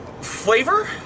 Flavor